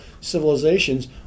civilizations